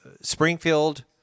Springfield